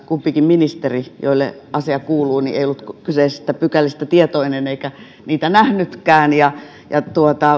kumpikaan ministeri jolle asia kuuluu ei ollut kyseisistä pykälistä tietoinen eikä niitä nähnytkään